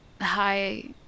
Hi